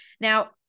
Now